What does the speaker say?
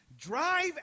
drive